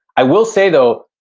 i will say, though,